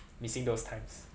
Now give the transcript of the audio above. missing those times